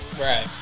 right